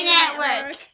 Network